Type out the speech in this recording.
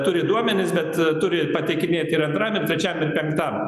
turi duomenis bet turi ir pateikinėti ir antram ir trečiam ir penktam